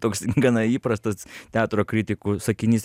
toks gana įprastas teatro kritikų sakinys